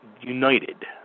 United